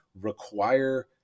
require